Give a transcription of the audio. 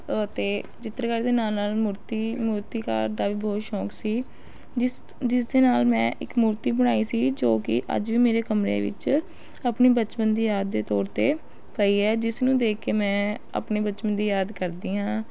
ਅਤੇ ਚਿੱਤਰਕਾਰੀ ਦੇ ਨਾਲ ਨਾਲ ਮੂਰਤੀ ਮੂਰਤੀਕਾਰ ਦਾ ਵੀ ਬਹੁਤ ਸ਼ੌਕ ਸੀ ਜਿਸ ਜਿਸਦੇ ਨਾਲ ਮੈਂ ਇੱਕ ਮੂਰਤੀ ਬਣਾਈ ਸੀ ਜੋ ਕਿ ਅੱਜ ਵੀ ਮੇਰੇ ਕਮਰੇ ਵਿੱਚ ਆਪਣੀ ਬਚਪਨ ਦੀ ਯਾਦ ਦੇ ਤੌਰ 'ਤੇ ਪਈ ਹੈ ਜਿਸ ਨੂੰ ਦੇਖ ਕੇ ਮੈਂ ਆਪਣੇ ਬਚਪਨ ਦੀ ਯਾਦ ਕਰਦੀ ਹਾਂ